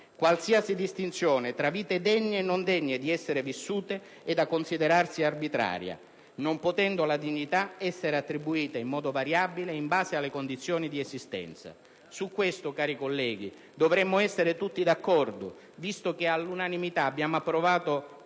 Qualsiasi distinzione tra vite degne e non degne di essere vissute è da considerarsi arbitraria, non potendo la dignità essere attribuita, in modo variabile, in base alle condizioni di esistenza. Su questo, cari colleghi, dovremmo essere tutti d'accordo visto che all'unanimità abbiamo approvato,